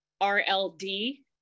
R-L-D